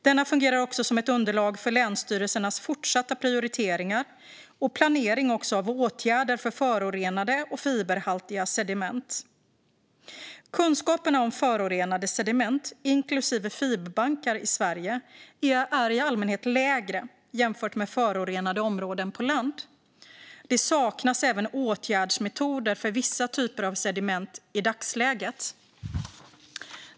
Denna fungerar också som ett underlag för länsstyrelsernas fortsatta prioriteringar och planering av åtgärder för förorenade och fiberhaltiga sediment. Kunskaperna om förorenade sediment inklusive fiberbankar i Sverige är i allmänhet lägre jämfört med förorenade områden på land. Det saknas även åtgärdsmetoder för vissa typer av sediment i dagsläget.